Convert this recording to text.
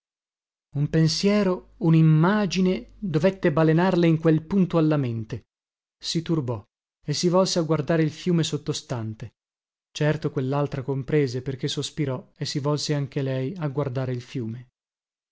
un pensiero unimmagine dovette balenarle in quel punto alla mente si turbò e si volse a guardare il fiume sottostante certo quellaltra comprese perché sospirò e si volse anche lei a guardare il fiume